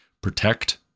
Protect